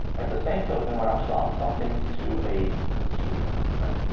at the same token, when i'm selling something to a consumer, right?